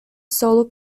solo